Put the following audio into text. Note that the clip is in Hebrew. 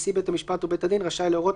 נשיא בית משפט או בית דין רשאי להורות,